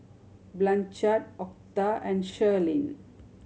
Blanchard Octa and Shirleen